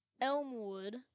Elmwood